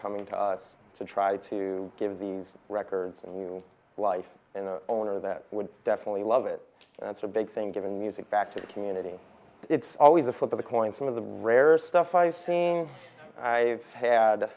coming to us to try to give these records a new life in the owner that would definitely love it that's a big thing given music back to the community it's always the foot of the coin some of the rarer stuff i've seen i've had